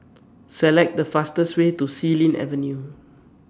Select The fastest Way to Xilin Avenue